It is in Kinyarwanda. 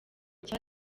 cya